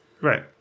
Right